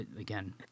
again